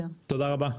תודה רבה.